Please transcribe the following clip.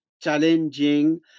challenging